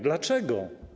Dlaczego?